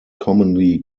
commonly